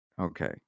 okay